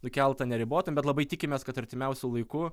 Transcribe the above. nukelta neribotam bet labai tikimės kad artimiausiu laiku